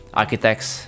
architects